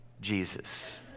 Jesus